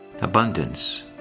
Abundance